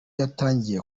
yatangiye